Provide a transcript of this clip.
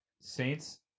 Saints